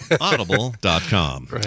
audible.com